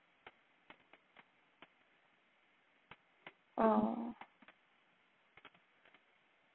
oh